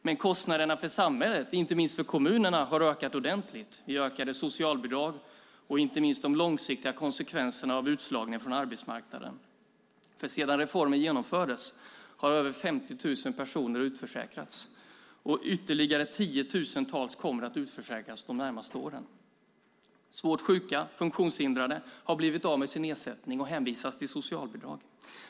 Men kostnaderna för samhället, inte minst för kommunerna, har ökat ordentligt i form av ökade socialbidrag och inte minst de långsiktiga konsekvenserna av utslagningen från arbetsmarknaden. Sedan reformen genomfördes har över 50 000 personer utförsäkrats, och ytterligare tiotusentals kommer att utförsäkras de närmaste åren. Svårt sjuka och funktionshindrade har blivit av med sin ersättning och hänvisas till socialbidrag.